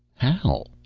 how?